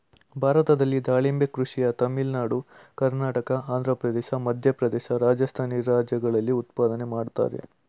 ಭಾರತದಲ್ಲಿ ದಾಳಿಂಬೆ ಕೃಷಿಯ ತಮಿಳುನಾಡು ಕರ್ನಾಟಕ ಆಂಧ್ರಪ್ರದೇಶ ಮಧ್ಯಪ್ರದೇಶ ರಾಜಸ್ಥಾನಿ ರಾಜ್ಯಗಳಲ್ಲಿ ಉತ್ಪಾದನೆ ಮಾಡ್ತರೆ